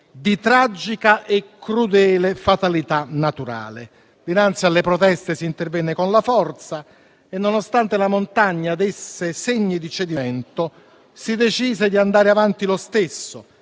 di tragica e crudele fatalità naturale. Dinanzi alle proteste si intervenne con la forza e, nonostante la montagna desse segni di cedimento, si decise di andare avanti lo stesso,